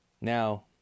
Now